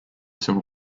civil